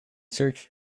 search